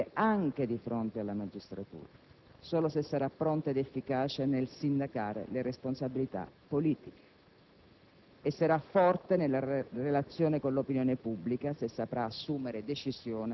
non l'assoluto senza regola e senza sindacato, ma la responsabilità politica. Ieri, per parte sua, il ministro Mastella lo ha applicato questo principio, dimettendosi.